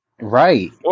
Right